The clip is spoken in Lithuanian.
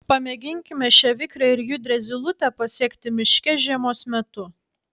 pamėginkime šią vikrią ir judrią zylutę pasekti miške žiemos metu